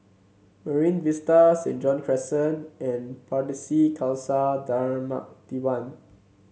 Marine Vista Saint John's Crescent and Pardesi Khalsa Dharmak Diwan